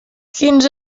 quins